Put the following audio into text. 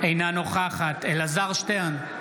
אינה נוכחת אלעזר שטרן,